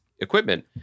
equipment-